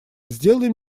сделай